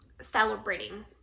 celebrating